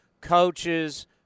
coaches